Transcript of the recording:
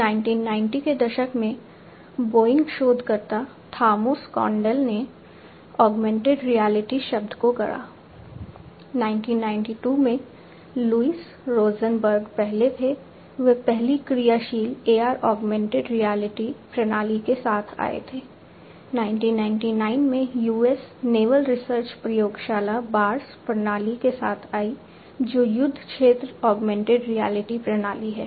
1990 के दशक में बोइंग शोधकर्ता थामोस कॉडेल ने ऑगमेंटेड रियलिटी प्रणाली है